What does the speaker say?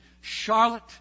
Charlotte